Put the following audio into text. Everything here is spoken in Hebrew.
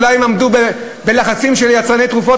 אולי הם לא עמדו בלחצים של יצרני תרופות?